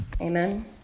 Amen